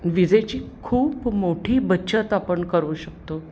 विजेची खूप मोठी बचत आपण करू शकतो